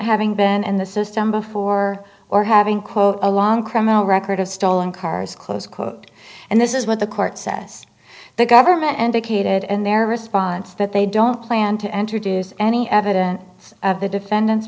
having been in the system before or having quote a long criminal record of stolen cars close quote and this is what the court says the government indicated in their response that they don't plan to enter dues any evidence of the defendant's